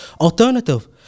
alternative